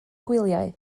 gwyliau